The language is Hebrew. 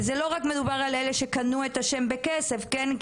וזה לא רק מדובר על אלה שקנו את השם בכסף, כן?